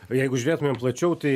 o jeigu žiūrėtumėm plačiau tai